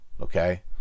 okay